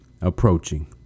approaching